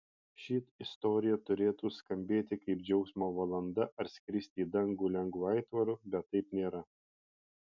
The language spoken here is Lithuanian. ši istorija turėtų skambėti kaip džiaugsmo valanda ar skristi į dangų lengvu aitvaru bet taip nėra